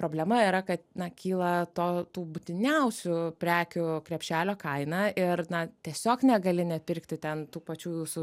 problema yra kad na kyla to tų būtiniausių prekių krepšelio kaina ir na tiesiog negali nepirkti ten tų pačių visų